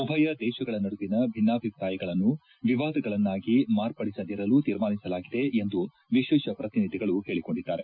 ಉಭಯ ದೇಶಗಳ ನಡುವಿನ ಭಿನ್ನಾಭಿಪ್ರಾಯಗಳನ್ನು ವಿವಾದಗಳನ್ನಾಗಿ ಮಾರ್ಪಡಿಸದಿರಲು ತೀರ್ಮಾನಿಸಲಾಗಿದೆ ಎಂದು ವಿಶೇಷ ಪ್ರತಿನಿಧಿಗಳು ಹೇಳಿಕೊಂಡಿದ್ದಾರೆ